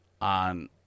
on